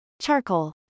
Charcoal